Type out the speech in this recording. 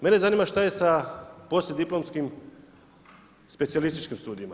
Mene zanima što je sa poslijediplomskim specijalističkim studijima.